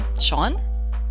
Sean